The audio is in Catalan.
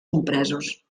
compresos